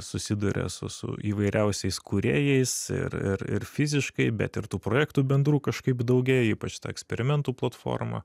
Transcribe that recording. susiduria su su įvairiausiais kūrėjais ir ir ir fiziškai bet ir tų projektų bendrų kažkaip daugėja ypač ta eksperimentų platforma